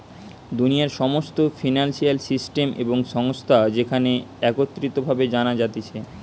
দুনিয়ার সমস্ত financial system এবং সংস্থা যেখানে একত্রিত ভাবে জানা যাতিছে